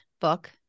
book